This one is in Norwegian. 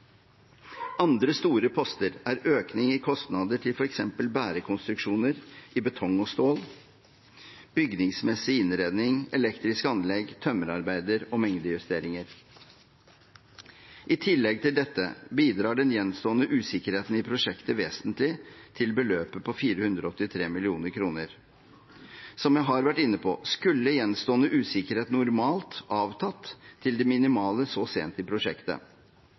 Andre store poster er økning i kostnader til f.eks. bærekonstruksjoner i betong og stål, bygningsmessig innredning, elektriske anlegg, tømmerarbeider og mengdejusteringer. I tillegg til dette bidrar den gjenstående usikkerheten i prosjektet vesentlig til beløpet på 483 mill. kr. Som jeg har vært inne på, skulle gjenstående usikkerhet normalt avtatt til det minimale så sent i prosjektet.